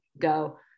go